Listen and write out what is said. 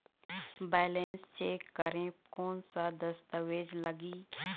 Balance check करें कोन सा दस्तावेज लगी?